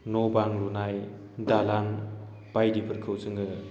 न' बां लुनाय दालां बायदिफोरखौ जोङो